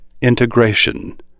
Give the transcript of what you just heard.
integration